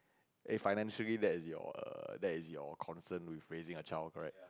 eh financially that is your err that is your concern with raising a child right